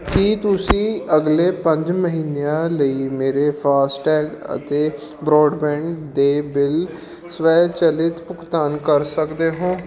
ਕੀ ਤੁਸੀਂਂ ਅਗਲੇ ਪੰਜ ਮਹੀਨਿਆਂ ਲਈ ਮੇਰੇ ਫਾਸਟੈਗ ਅਤੇ ਬਰੋਡਬੈਂਡ ਦੇ ਬਿੱਲ ਸਵੈਚਲਿਤ ਭੁਗਤਾਨ ਕਰ ਸਕਦੇ ਹੋ